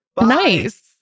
Nice